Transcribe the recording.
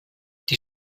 die